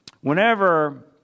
whenever